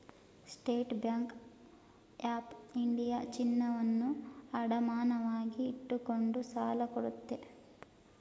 state Bank of India ಚಿನ್ನವನ್ನು ಅಡಮಾನವಾಗಿಟ್ಟುಕೊಂಡು ಸಾಲ ಕೊಡುತ್ತೆ